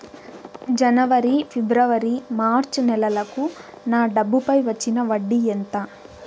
జనవరి, ఫిబ్రవరి, మార్చ్ నెలలకు నా డబ్బుపై వచ్చిన వడ్డీ ఎంత